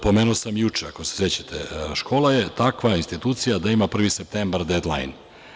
Pomenuo sam juče, ako se sećate, škola je takva institucija da ima 1. septembar „dead line“